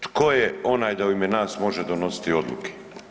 Tko je onaj da u ime nas može donositi odluke?